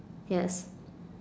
yes